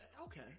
Okay